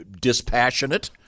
dispassionate